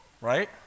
Right